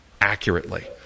accurately